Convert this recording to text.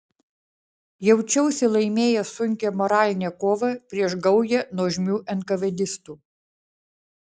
jaučiausi laimėjęs sunkią moralinę kovą prieš gaują nuožmių enkavėdistų